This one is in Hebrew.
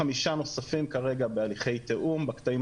חמישה נוספים כרגע בהליכי תיאום בקטעים